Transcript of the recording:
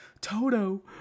Toto